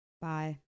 Bye